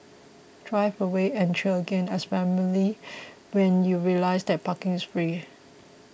drive away and cheer again as family when you realise that parking is free